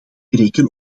reken